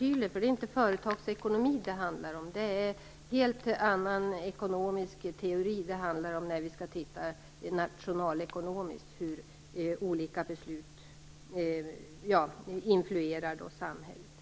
Detta handlar nämligen inte om företagsekonomi, utan det är en helt annan ekonomisk teori det handlar om när vi skall titta på hur olika beslut influerar samhället